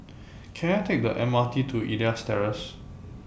Can I Take The M R T to Elias Terrace